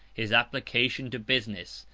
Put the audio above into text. his application to business,